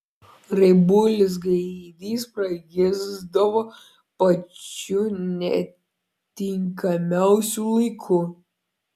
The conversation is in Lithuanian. raibuolis gaidys pragysdavo pačiu netinkamiausiu laiku